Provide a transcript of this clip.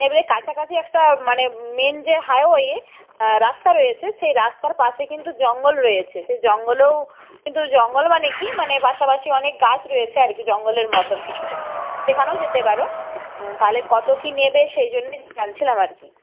এবারে কাছাকাছি একটা মানে মেন যে হাইওয়ে রাস্তা রয়েছে সেই রাস্তার পাশে কিন্তু জঙ্গল রয়েছে সে জঙ্গলেও কিন্তু জঙ্গল মানে কী মানে পাশাপাশি অনেক গাছ রয়েছে আর কি জঙ্গলের মতন কিছুটা সেখানেও যেতে পারো তাহলে কতো কী নেবে সেই জন্যে জানছিলাম আর কি